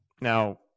Now